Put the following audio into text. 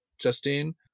Justine